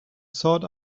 sought